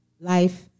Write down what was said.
life